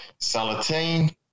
Salatine